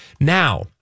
Now